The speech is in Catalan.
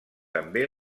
també